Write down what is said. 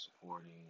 supporting